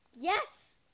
Yes